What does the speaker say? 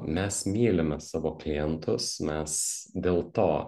mes mylime savo klientus mes dėl to